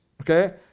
okay